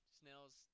snails